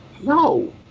No